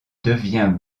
devient